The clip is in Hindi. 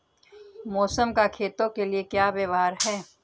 मौसम का खेतों के लिये क्या व्यवहार है?